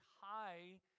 high